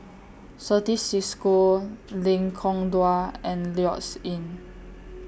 Certis CISCO Lengkong Dua and Lloyds Inn